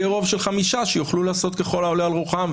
יהיה רוב של חמישה שיוכלו לעשות ככל העולה על רוחם.